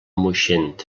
moixent